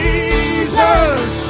Jesus